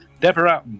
Deborah